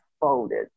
folded